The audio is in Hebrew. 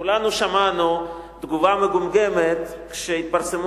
כולנו שמענו תגובה מגומגמת כשהתפרסמו